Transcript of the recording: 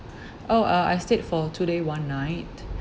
oh uh I stayed for two day one night